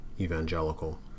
evangelical